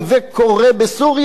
זה קורה בסוריה,